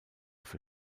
für